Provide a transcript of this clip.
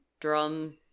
drum